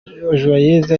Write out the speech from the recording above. joyeuse